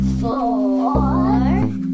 four